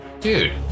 Dude